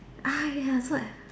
ah ya so I